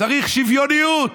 צריך שוויוניות,